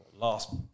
last